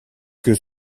que